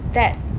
that